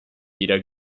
jeder